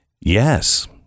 yes